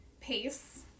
pace